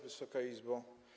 Wysoka Izbo!